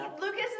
Lucas